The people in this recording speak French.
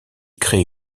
crée